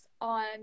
on